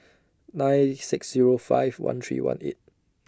nine six Zero five one three one eight